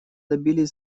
добились